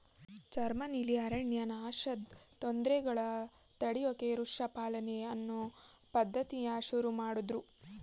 ಜರ್ಮನಿಲಿ ಅರಣ್ಯನಾಶದ್ ತೊಂದ್ರೆಗಳನ್ನ ತಡ್ಯೋಕೆ ವೃಕ್ಷ ಪಾಲನೆ ಅನ್ನೋ ಪದ್ಧತಿನ ಶುರುಮಾಡುದ್ರು